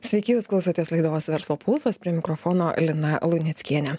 sveiki jūs klausotės laidos verslo pulsas prie mikrofono lina luneckienė